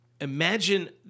Imagine